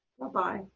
Bye-bye